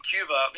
Cuba